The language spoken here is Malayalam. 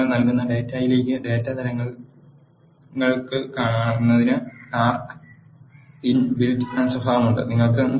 നിങ്ങൾ നൽ കുന്ന ഡാറ്റയിലേക്ക് ഡാറ്റാ തരങ്ങൾ നൽ കുന്നതിന് ആർ ക്ക് ഇൻ ബിൽറ്റ് സ്വഭാവമുണ്ട്